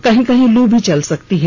कहीं कहीं लू भी चल सकती है